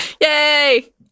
Yay